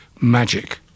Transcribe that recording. magic